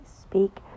speak